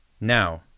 now